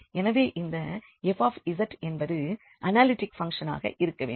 எனவே இந்த f என்பது அனாலிட்டிக் பங்க்ஷனாக இருக்க வேண்டும்